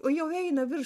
o jau eina virš